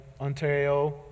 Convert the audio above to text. Ontario